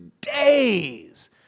days